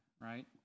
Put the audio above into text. right